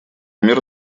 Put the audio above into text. мер